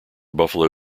buffalo